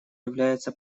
является